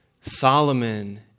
Solomon